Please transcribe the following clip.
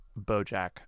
BoJack